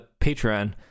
Patreon